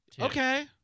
Okay